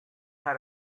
had